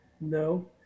No